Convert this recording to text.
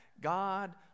God